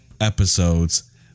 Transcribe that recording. episodes